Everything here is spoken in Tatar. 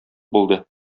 булды